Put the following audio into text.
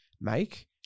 make